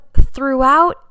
throughout